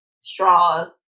straws